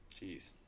Jeez